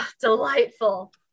delightful